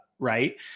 Right